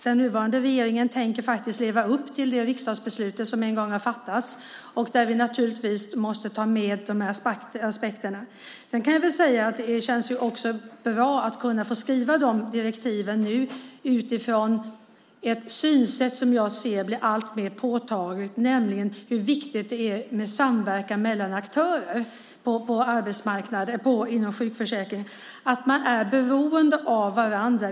Den nuvarande regeringen tänker faktiskt leva upp till det riksdagsbeslut som en gång har fattats, och där måste vi naturligtvis ta med de här aspekterna. Det känns bra att kunna få skriva de direktiven nu utifrån ett synsätt som jag ser blir alltmer påtagligt, nämligen hur viktigt det är med samverkan mellan aktörer inom sjukförsäkringen, att man är beroende av varandra.